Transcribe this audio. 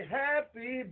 happy